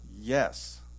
Yes